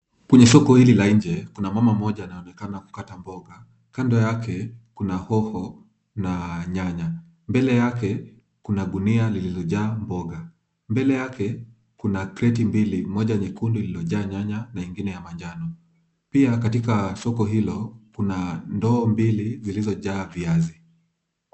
Kwenye soko hili la nje, kuna mama mmoja anaonekana kukata mboga. Kando yake kuna hoho na nyanya. Mbele yake kuna gunia lililojaa mboga. Mbele yake kuna kreti mbili, moja nyekundu liliyojaa nyanya na ingine ya manjano. Pia katika soko hilo kuna ndoo mbili zilizojaa viazi.